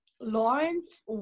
Lawrence